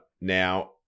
Now